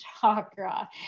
chakra